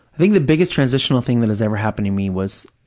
think the biggest transitional thing that has ever happened to me was